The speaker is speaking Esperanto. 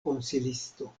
konsilisto